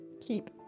keep